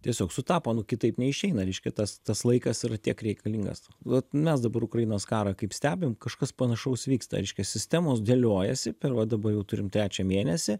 tiesiog sutapo nu kitaip neišeina reiškia tas tas laikas yra tiek reikalingas vat mes dabar ukrainos karą kaip stebim kažkas panašaus vyksta reiškia sistemos dėliojasi per va dabar jau turim trečią mėnesį